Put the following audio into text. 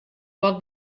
wat